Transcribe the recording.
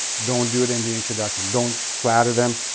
don't do it in the introduction. don't flatter them,